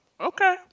Okay